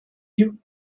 you